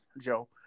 Joe